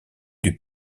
des